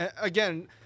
again